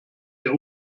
der